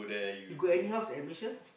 you got any house at Malaysia